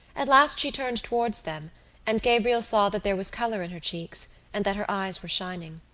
at last she turned towards them and gabriel saw that there was colour on her cheeks and that her eyes were shining.